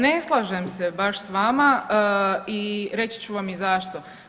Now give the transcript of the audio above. Ne slažem se baš s vama i reći ću vam i zašto.